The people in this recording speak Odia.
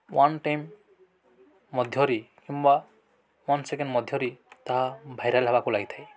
ୱାନ୍ ଟାଇମ୍ ମଧ୍ୟରେ କିମ୍ବା ୱାନ୍ ସେକେଣ୍ଡ୍ ମଧ୍ୟରେ ତାହା ଭାଇରାଲ୍ ହେବାକୁ ଲାଗିଥାଏ